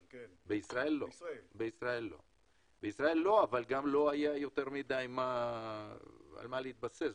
בישראל לא, אבל גם לא היה יותר מידי על מה להתבסס.